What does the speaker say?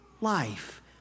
life